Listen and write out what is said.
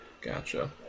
gotcha